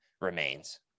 remains